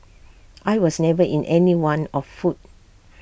I was never in any want of food